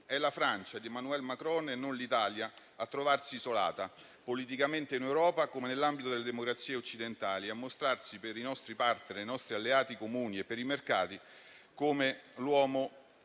È la Francia di Emmanuel Macron, e non l'Italia, a trovarsi isolata politicamente in Europa, come nell'ambito delle democrazie occidentali, e a mostrarsi, per i nostri *partner*, per i nostri alleati comuni e per i mercati, come l'uomo